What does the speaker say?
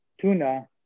tuna